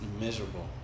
miserable